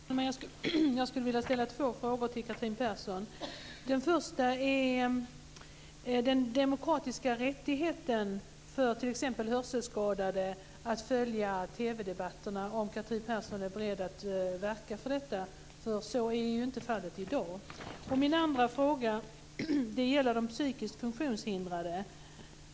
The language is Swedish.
Fru talman! Jag skulle vilja ställa två frågor till Den första är om Catherine Persson är beredd att verka för den demokratiska rättigheten för t.ex. hörselskadade att följa TV-debatter. Den möjligheten har de ju inte i dag. Min andra fråga gäller de psykiskt funktionshindrade.